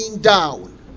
down